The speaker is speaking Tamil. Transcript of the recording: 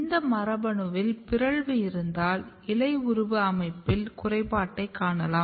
இந்த மரபணுவில் பிறழ்வு இருந்தால் இலை உருவ அமைப்பில் குறைபாட்டைக் காணலாம்